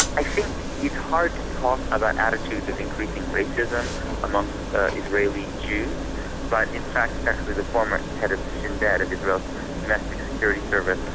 i think it's hard to talk about attitudes of increasing racism amongst israeli jews but in fact it's actually the former head of the shin bet, of israel's domestic security service,